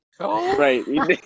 Right